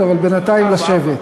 בינתיים לשבת.